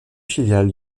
filiale